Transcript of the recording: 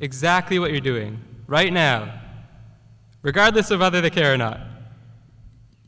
exactly what you're doing right now regardless of whether they care or not